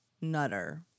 Nutter